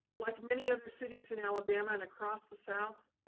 like many other cities in alabama and across the south,